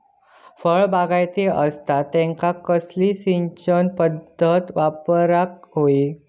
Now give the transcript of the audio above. फळबागायती असता त्यांका कसली सिंचन पदधत वापराक होई?